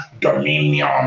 dominion